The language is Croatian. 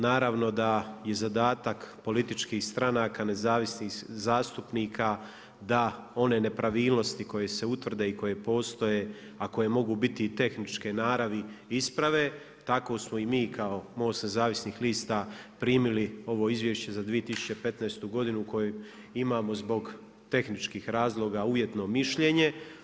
Naravno da je zadatak političkih stranaka nezavisnih zastupnika da one nepravilnosti koje se utvrde i koje postoje, a koje mogu biti i tehničke naravi isprave tako smo i mi kao MOST nezavisnih lista primili ovo Izvješće za 2015. godinu koje imamo zbog tehničkih razloga uvjetno mišljenje.